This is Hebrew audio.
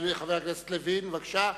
חבר הכנסת לוין, בבקשה.